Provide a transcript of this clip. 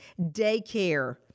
daycare